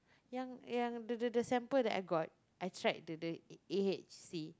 yang yang the the the sample that I got I tried the the A_H_C